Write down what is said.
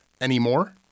anymore